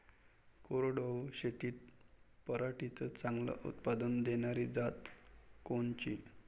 कोरडवाहू शेतीत पराटीचं चांगलं उत्पादन देनारी जात कोनची?